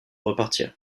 repartir